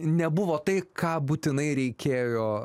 nebuvo tai ką būtinai reikėjo